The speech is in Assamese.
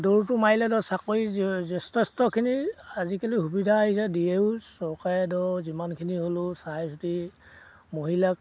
দৌৰটো মাৰিলে ধৰক চাকৰি যথেষ্টখিনি আজিকালি সুবিধা আহিছে দিয়েও চৰকাৰে ধৰক যিমানখিনি হ'লেও চাইচিতি মহিলাক